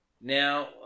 Now